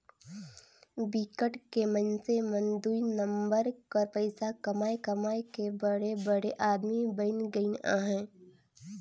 बिकट के मइनसे मन दुई नंबर कर पइसा कमाए कमाए के बड़े बड़े आदमी बइन गइन अहें